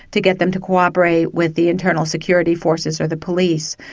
to get them to cooperate with the internal security forces or the police.